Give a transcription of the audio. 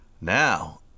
Now